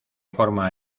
forma